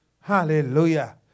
Hallelujah